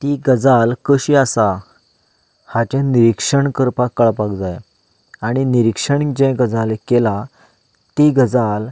ती गजाल कशी आसा हाचें निरिक्षण करपाक कळपाक जाय आनी निरिक्षण जे गजालीक केलां ती गजाल